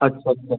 अच्छा अच्छा